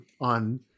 on